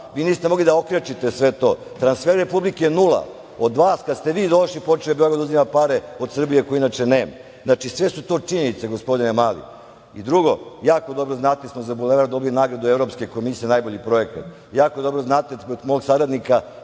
Vi niste mogli da okrečite sve to. Transferi republike nula. Od vas, kad ste vi došli, počeo je Beograd da uzima pare od Srbije, koje inače nema. Sve su to činjenice, gospodine Mali. Drugo, jako dobro znate da smo za Bulevar dobili nagradu Evropske komisije za najbolji projekat. Jako dobro znate da je za mog saradnika